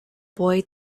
boy